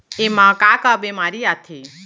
एमा का का बेमारी आथे?